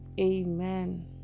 Amen